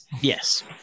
Yes